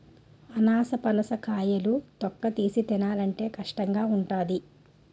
అనాసపనస కాయలు తొక్కతీసి తినాలంటే కష్టంగావుంటాది